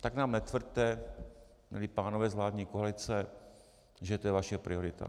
Tak nám netvrďte, milí pánové z vládní koalice, že to je vaše priorita.